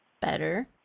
Better